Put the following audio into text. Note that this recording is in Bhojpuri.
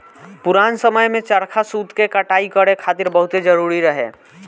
पुरान समय में चरखा सूत के कटाई करे खातिर बहुते जरुरी रहे